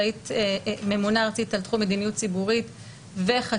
שהיא ממונה ארצית על תחום מדיניות ציבורית וחקיקה,